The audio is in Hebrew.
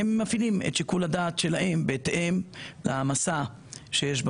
הם מפעילים את שיקול הדעת שלהם בהתאם להעמסה שיש במערכת,